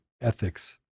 ethics